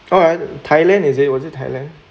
oh I thailand is it was it thailand